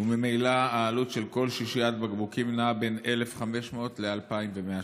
וממילא העלות של כל שישיית בקבוקים נעה בין 1,500 ל-2,100 ש"ח".